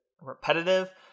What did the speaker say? repetitive